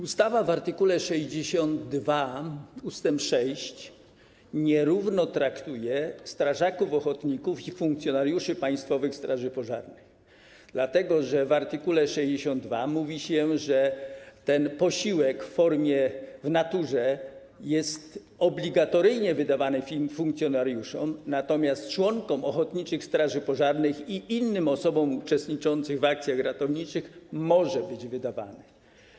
Ustawa w art. 62 ust. 6 nierówno traktuje strażaków ochotników i funkcjonariuszy Państwowej Straży Pożarnej, dlatego że w art. 62 mówi się, że posiłek jest obligatoryjnie wydawany funkcjonariuszom, natomiast członkom ochotniczych straży pożarnych i innym osobom uczestniczącym w akcjach ratowniczych może być wydawany.